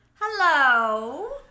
Hello